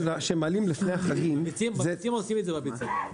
בביצים עושים את זה.